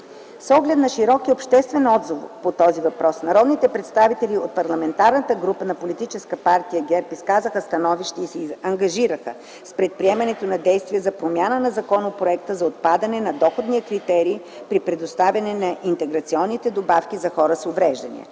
С оглед на широкия обществен отзвук по този въпрос народните представители от Парламентарната група на политическа партия ГЕРБ изказаха становище и се ангажираха с предприемането на действия за промяна на законопроекта за отпадане на доходния критерий при предоставянето на интеграционните добавки за хора с увреждания.